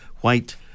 white